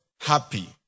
happy